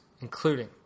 including